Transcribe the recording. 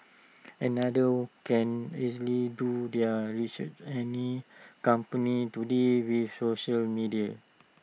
another can easily do their research any company today with social media